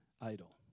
idol